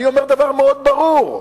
אני אומר דבר מאוד ברור: